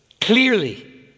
clearly